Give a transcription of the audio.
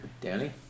Danny